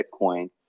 bitcoin